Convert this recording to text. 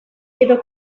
edo